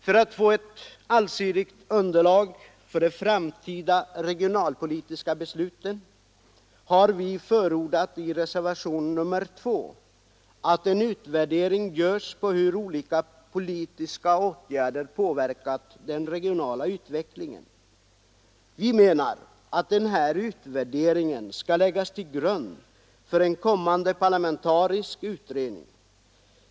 För att få ett allsidigt underlag för de framtida regionalpolitiska besluten har vi i reservationen 2 förordat en utvärdering av hur olika politiska åtgärder påverkat den regionala utvecklingen. Vi menar att den här utvärderingen skall läggas till grund för en kommande parlamentarisk utredning.